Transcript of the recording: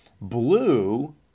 blue